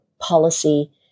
policy